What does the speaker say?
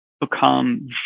become